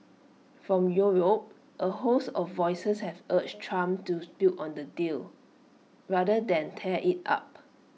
from Europe A host of voices have urged Trump to build on the deal rather than tear IT up